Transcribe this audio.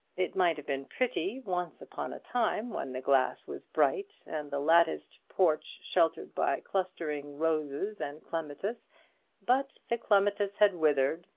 it might have been pretty once upon a time, when the glass was bright, and the latticed porch sheltered by clustering roses and clematis but the clematis had withered,